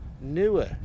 newer